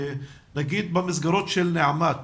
נגיד במסגרות של נעמ"ת,